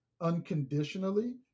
unconditionally